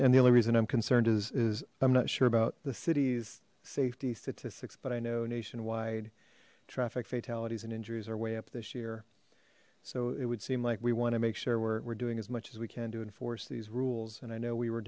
and only reason i'm concerned is is i'm not sure about the city's safety statistics but i know nationwide traffic fatalities and injuries are way up this year so it would seem like we want to make sure we're doing as much as we can to enforce these rules and i know we were